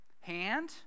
Hand